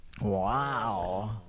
Wow